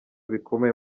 bikomeye